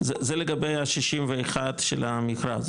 זה לגבי ה-61 של המכרז,